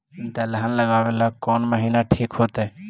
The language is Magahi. दलहन लगाबेला कौन महिना ठिक होतइ?